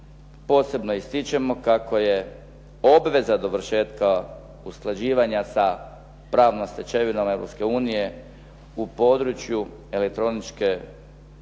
posebno ističemo kako je obveza dovršetka usklađivanja sa pravnom stečevinom Europske unije u području elektroničke